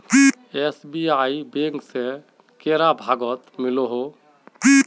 SBI bank से कैडा भागोत मिलोहो जाहा?